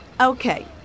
Okay